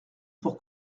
pour